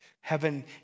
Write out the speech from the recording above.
Heaven